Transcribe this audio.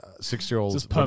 six-year-olds